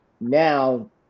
Now